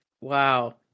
Wow